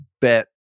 bet